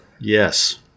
Yes